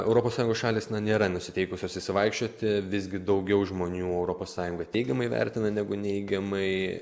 europos sąjungos šalys nėra nusiteikusios išsivaikščioti visgi daugiau žmonių europos sąjungą teigiamai vertina negu neigiamai